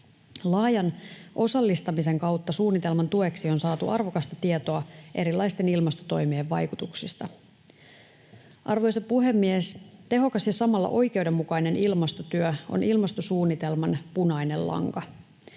Laajan osallistamisen kautta suunnitelman tueksi on saatu arvokasta tietoa erilaisten ilmastotoimien vaikutuksista. Arvoisa puhemies! Tehokas ja samalla oikeudenmukainen ilmastotyö on ilmastosuunnitelman punainen lanka.